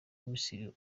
misiri